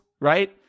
right